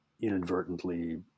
inadvertently